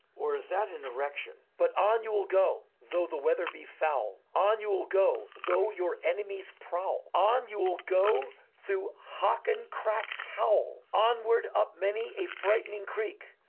or is that an erection? but on you will go though the weather be foul. on you will go though your enemies prowl. on you will go through hakken-kraks howl. onward up many a frightening creek,